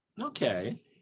Okay